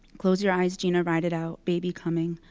close your eyes, gina, ride it out. baby coming.